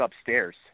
upstairs